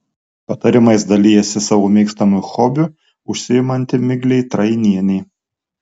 patarimais dalijasi savo mėgstamu hobiu užsiimanti miglė trainienė